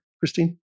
Christine